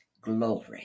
glory